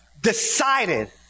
decided